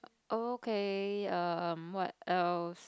okay um what else